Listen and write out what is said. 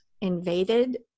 invaded